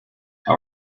how